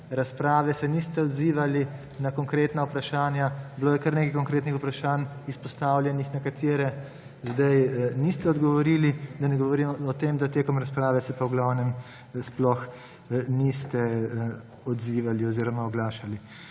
razprave se niste odzivali na konkretna vprašanja. Bilo je kar nekaj konkretnih vprašanj izpostavljenih, na katere sedaj niste odgovorili, da ne govorim o tem, da med razpravo se pa v glavnem niste odzivali oziroma oglašali.